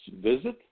visit